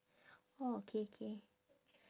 orh K K